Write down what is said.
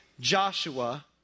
Joshua